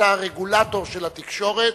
אתה הרגולטור של התקשורת,